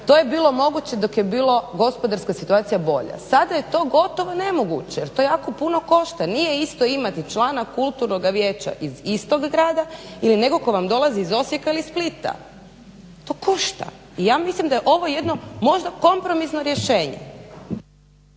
To je bilo moguće dok je bila gospodarska situacija bolja. Sada je to gotovo nemoguće jer to jako puno košta. Nije isto imati člana kulturnoga vijeća iz istog grada ili nekog tko vam dolazi iz Osijeka ili Splita. To košta. I ja mislim da je ovo jedno možda kompromisno rješenje.